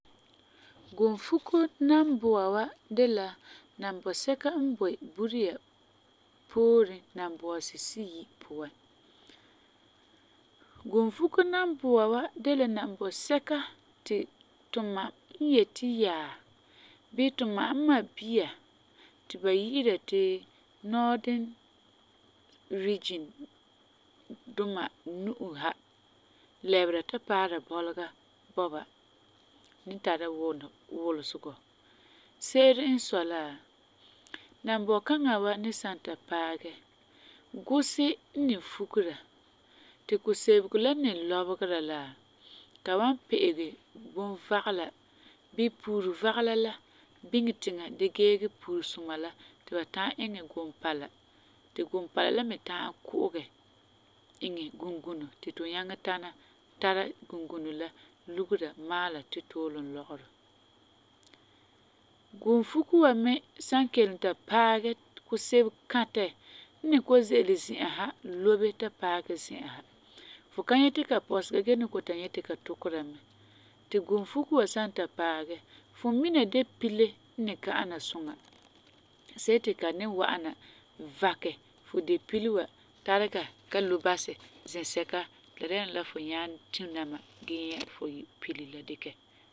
Guunfuko nambua wa de la nambɔ sɛka n boi buriya pooren nambɔɔsi siyi puan. Guunfuko nambua wa de la nambɔ sɛka ti tumam n yeti yaa bii tumam Mma bia ti ba yi'ira ti nɔɔdin rigin duma nu'o ha lɛbera ta paara Bɔlega bɔba ni tara wɔlesegɔ. Se'ere n sɔi la, nambɔ kana wa san ni ta paagɛ gusi n ni fukera, ti kusebego la n ni lɔbegera la, ka wan pe'ege bunfagela bii puuro vagela la biŋe tiŋa dee gee ge puuresuma la ti ba ta'am iŋɛ guumpala ti guumpala la me ta'am ku'ugɛ iŋɛ gunguno ti tu nyaŋɛ tãna tara gunfuno la lugera maala tu tuulum lɔgerɔ. Guunfuko wa me san kelum ta paagɛ, kusebego kãtɛ n ni kɔ'ɔm ze'ele zi'an ha lobe ta paɛ zi'an sa. Fu ka nyɛti ka pɔsega gee fu ni kɔ'ɔm ta nyɛ ti ka tukera mɛ, ti guunfuko wa san ni ta paagɛ, fum mina deo pile n ni ka ana suŋa, see ti ka ni wa'ana vakɛ depile wa ta lobe basɛ zɛsɛka ti la dɛna la fu nyaa tu' nama gee nyɛ fu pile la dikɛ.